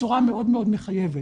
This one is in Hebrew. בצורה מאוד מאוד מחייבת.